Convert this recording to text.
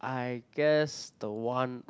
I guess the one